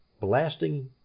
blasting